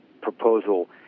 proposal